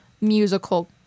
musical